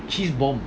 cheese bomb